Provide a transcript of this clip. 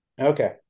okay